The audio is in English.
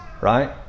right